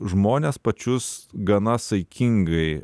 žmones pačius gana saikingai